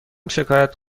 شکایت